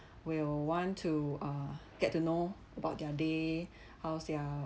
will want to uh get to know about their day how's their